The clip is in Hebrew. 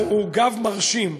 הגב הוא גב מרשים.